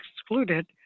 excluded